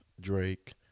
drake